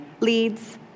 leads